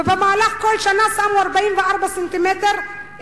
ובמהלך כל שנה שמו 44 סנטימטר.